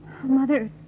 Mother